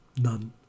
none